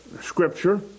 scripture